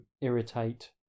irritate